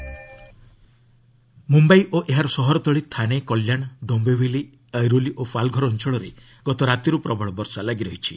Mumbai rain Mumbai ଓ ଏହାର ସହରତଳି ଥାଣେ କଲ୍ୟାଣ ଡୋୟିବିଲି ଅଇରୋଲି ଓ ପାଲଘର ଅଞ୍ଚଳରେ ଗତ ରାତିରୁ ପ୍ରବଳ ବର୍ଷା ଲାଗିରହିଛି